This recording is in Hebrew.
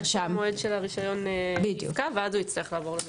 עד שהמועד של הרישיון יפקע ואז הוא יצטרך לעבור למרשמים.